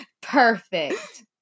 Perfect